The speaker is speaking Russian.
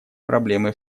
проблемы